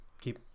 keep